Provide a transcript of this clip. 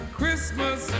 Christmas